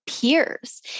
peers